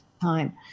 time